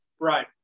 Right